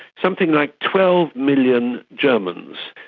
something like twelve million germans.